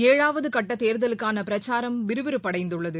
ஏழாவது கட்ட தேர்தலுக்கான பிரச்சாரம் விறுவிறுப்படைந்துள்ளது